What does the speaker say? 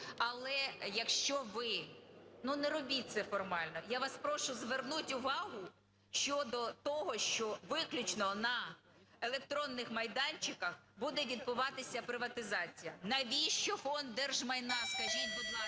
Але, якщо ви... Ну, не робіть це формально. Я вас прошу звернути увагу щодо того, що виключно на електронних майданчиках буде відбуватися приватизація. Навіщо Фонд держмайна, скажіть, будь ласка?